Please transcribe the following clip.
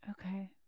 Okay